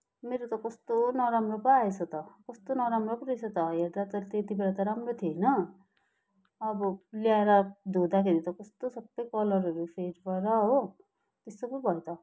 मेरो त कस्तो नराम्रो पो आएछ त कस्तो नराम्रो पो रहेछ त हेर्दा त त्यति बेला त राम्रो थियो होइन अब ल्याएर धुँदाखेरि त कस्तो सबै कलरहरू फेड भएर हो त्यस्तो पो भयो त